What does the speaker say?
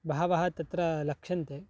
बहवः तत्र लक्ष्यन्ते